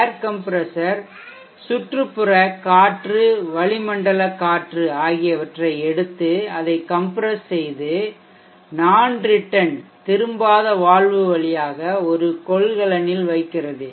ஏர் compressor சுற்றுப்புற காற்று வளிமண்டல காற்று ஆகியவற்றை எடுத்து அதை கம்ப்ரஷ் செய்துநான்ரிட்டன் திரும்பாத வால்வு வழியாக ஒரு கொள்கலனில் வைக்கிறது